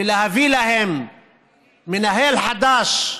ולהביא להם מנהל חדש,